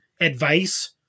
advice